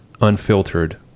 unfiltered